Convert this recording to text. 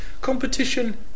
Competition